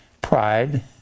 pride